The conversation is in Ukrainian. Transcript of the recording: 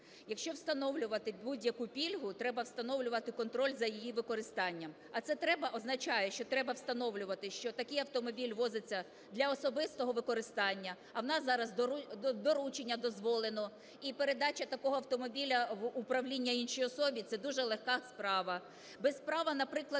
Якщо встановлювати будь-яку пільгу, треба встановлювати контроль за її використанням, а це "треба" означає, що треба встановлювати, що такий автомобіль ввозиться для особистого використання, а у нас зараз доручення дозволено, і передача такого автомобіля в управління іншій особі – це дуже легка справа,